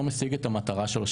לא משיג את המטרה שלו,